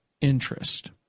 interest